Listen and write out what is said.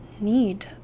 need